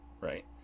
Right